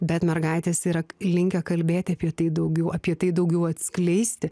bet mergaitės yra linkę kalbėti apie tai daugiau apie tai daugiau atskleisti